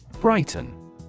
Brighton